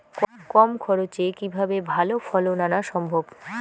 কম খরচে কিভাবে ভালো ফলন আনা সম্ভব?